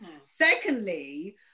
Secondly